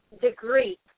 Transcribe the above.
degree